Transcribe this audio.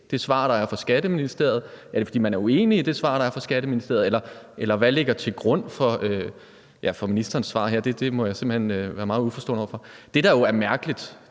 det svar, der er fra Skatteministeriet? Er det, fordi man er uenig i det svar, der er fra Skatteministeriet? Hvad ligger til grund for ministerens svar her? Det må jeg simpelt hen sige at jeg er meget uforstående over for. Det, der jo er mærkeligt,